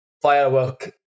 firework